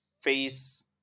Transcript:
face